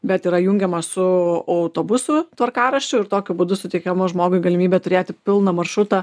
bet yra jungiama su autobusų tvarkaraščiu ir tokiu būdu suteikiama žmogui galimybė turėti pilną maršrutą